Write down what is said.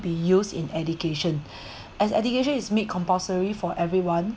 be used in education as education is made compulsory for everyone